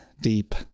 deep